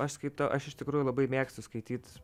aš skaitau aš iš tikrųjų labai mėgstu skaityt